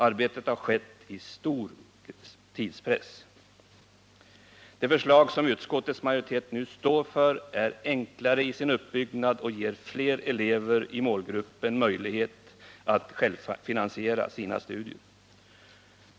Arbetet har skett under stor tidspress. Det förslag som utskottets majoritet nu står för är enklare i sin uppbyggnad och ger fler elever i målgruppen möjlighet att självfinansiera sina studier.